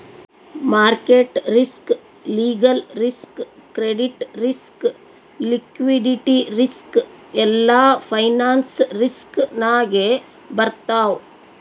market risk, legal risk, credit risk, liquidity risk ಎಲ್ಲಾ finance risk ನಾಗೆ ಬರ್ತಾವ್